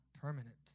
permanent